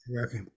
Okay